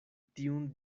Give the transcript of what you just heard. tiun